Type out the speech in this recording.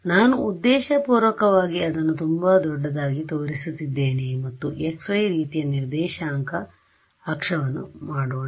ನಾನು ಉದ್ದೇಶಪೂರ್ವಕವಾಗಿ ಅದನ್ನು ತುಂಬಾ ದೊಡ್ಡದಾಗಿ ತೋರಿಸುತ್ತಿದ್ದೇನೆ ಮತ್ತು ಈ x y ರೀತಿಯ ನಿರ್ದೇಶಾಂಕ ಅಕ್ಷವನ್ನು ಮಾಡೋಣ